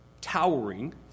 towering